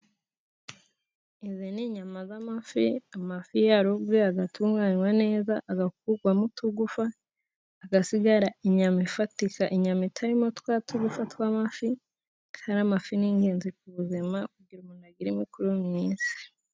Izi ni inyama z'amafi. Amafi yarobwe, agatunganywa neza, agakurwamo utugufa, hagasigara inyama ifatika, inyama itarimo twa tugufa tw'amafi. Kandi amafi n'ingenzi ku buzima kugira umuntu agire imikorere myiza.